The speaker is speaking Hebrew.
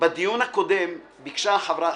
בדיון הקודם ביקשה חברתי,